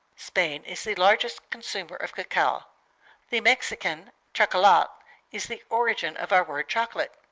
spain is the largest consumer of cacao. the mexican chocolalt is the origin of our word chocolate.